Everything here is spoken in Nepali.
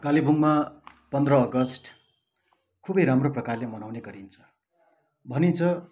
कालेबुङमा पन्ध्र अगस्ट खुबै राम्रो प्रकारले मनाउने गरिन्छ भनिन्छ